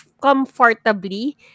comfortably